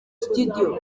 studio